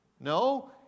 no